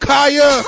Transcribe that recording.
Kaya